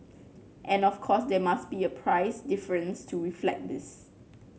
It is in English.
and of course there must be a price difference to reflect this